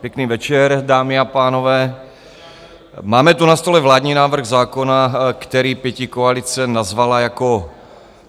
Pěkný večer, dámy a pánové, máme tu na stole vládní návrh zákona, který pětikoalice nazvala jako